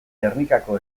gernikako